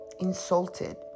insulted